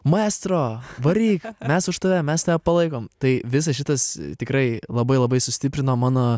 maestro varyk mes už tave mes palaikom tai visas šitas tikrai labai labai sustiprino mano